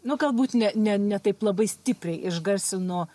nu galbūt ne ne ne taip labai stipriai išgarsino